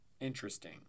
Interesting